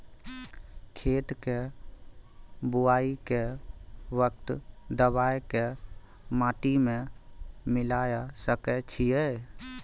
खेत के बुआई के वक्त दबाय के माटी में मिलाय सके छिये?